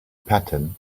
pattern